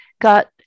got